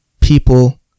people